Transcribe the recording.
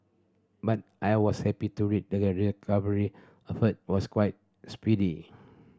but I was happy to read that the recovery effort was quite speedy